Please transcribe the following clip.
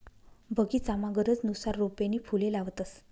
बगीचामा गरजनुसार रोपे नी फुले लावतंस